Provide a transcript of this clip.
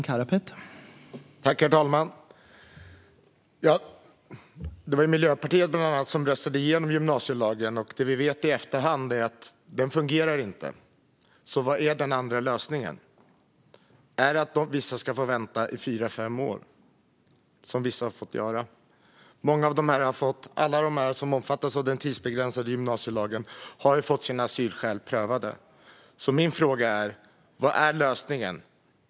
Herr talman! Det var bland andra Miljöpartiet som röstade igenom gymnasielagen. I efterhand vet vi att den inte fungerar, så vad är den andra lösningen? Är det att vissa ska få vänta i fyra fem år, som en del har fått göra? Alla som omfattas av den tidsbegränsade gymnasielagen har fått sina asylskäl prövade. Min fråga är därför: Vad är lösningen?